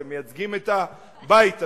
אתם מייצגים את הבית הזה.